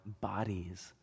bodies